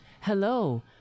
Hello